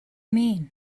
mean